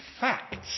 facts